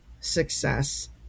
success